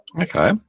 Okay